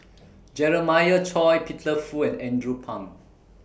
Jeremiah Choy Peter Fu and Andrew Phang